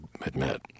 admit